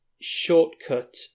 shortcut